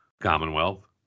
Commonwealth